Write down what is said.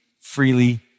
freely